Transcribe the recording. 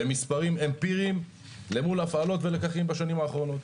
במספרים אמפיריים למול הפעלות ולקחים בשנים האחרונות.